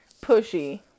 pushy